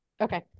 Okay